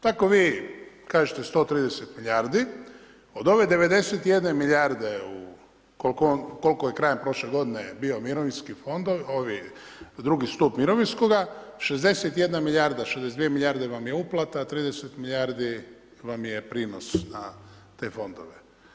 Tako vi kažete 130 milijardi, od ove 91 milijarde koliko je krajem prošle godine bio mirovinski fondovi, drugi stup mirovinskoga, 61 milijarda, 62 milijarde vam je uplata a 30 milijardi vam je prinos na te fondove.